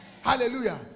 Hallelujah